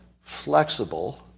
flexible